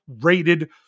rated